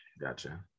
gotcha